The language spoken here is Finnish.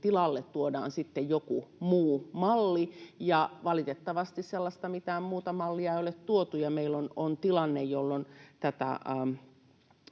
tilalle tuodaan sitten joku muu malli, niin valitettavasti sellaista mitään muuta mallia ei ole tuotu ja meillä on tilanne, jolloin